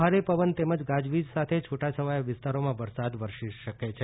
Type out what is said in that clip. ભારે પવન તેમજ ગાજવિજ સાથે છૂટાછવાયા વિસ્તારોમાં વરસાદ વરસી શકે છે